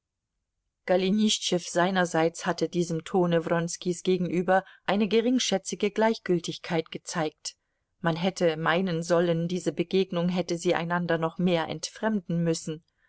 golenischtschew seinerseits hatte diesem tone wronskis gegenüber eine geringschätzige gleichgültigkeit gezeigt man hätte meinen sollen diese begegnung hätte sie einander noch mehr entfremden müssen